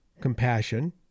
compassion